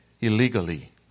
illegally